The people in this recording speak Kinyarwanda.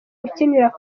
ukinira